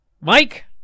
Mike